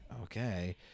okay